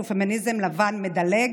שהוא פמיניזם לבן מדלג.